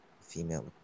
female